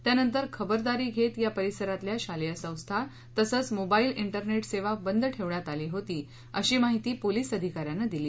त्यानंतर खबरदारी घेत या परिसरातल्या शालेय संस्था तसंच मोबा िन ठेरेट सेवाही बंद ठेवण्यात आली होती अशी माहिती पोलीस अधिकाऱ्यानं दिली